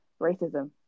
racism